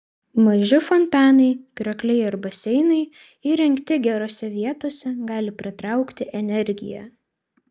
maži fontanai kriokliai ar baseinai įrengti gerose vietose gali pritraukti energiją